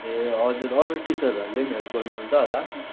ए हजुर अरू टिचरहरूले पनि हेल्प गर्नुहुन्छ होला